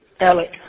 Alex